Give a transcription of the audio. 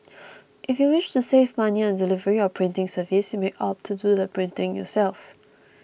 if you wish to save money on delivery or printing service you may opt to do the printing yourself